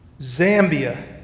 Zambia